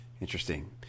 Interesting